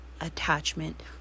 attachment